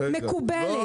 מקובלת.